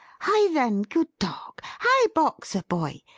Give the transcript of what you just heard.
hie then, good dog! hie boxer, boy!